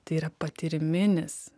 tai yra patyriminis